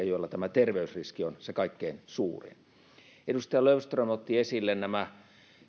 joilla tämä terveysriski on se kaikkein suurin edustaja löfström otti esille nämä